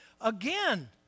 again